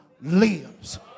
lives